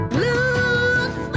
Blues